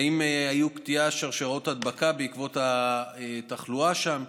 האם הייתה קטיעה של שרשראות ההדבקה בעקבות התחלואה שם?